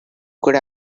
could